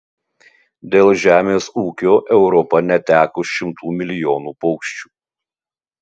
dėl žemės ūkio europa neteko šimtų milijonų paukščių